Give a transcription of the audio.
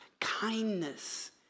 Kindness